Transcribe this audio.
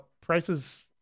prices